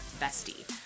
Bestie